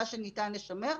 מה שניתן לשמר.